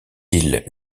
ils